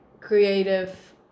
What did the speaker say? Creative